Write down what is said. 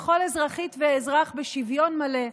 לכל אזרחית ואזרח בשוויון מלא.